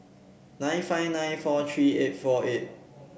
nine five nine four three eight four eight